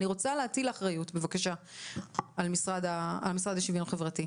אני רוצה להטיל אחריות בבקשה על המשרד לשוויון חברתי.